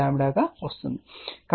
1126 గా వస్తుంది